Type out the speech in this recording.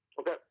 Okay